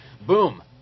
Boom